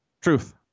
truth